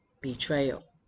Betrayal